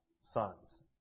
sons